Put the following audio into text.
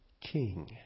king